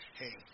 hey